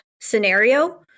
scenario